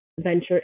venture